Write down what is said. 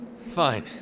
Fine